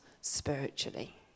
spiritually